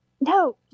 no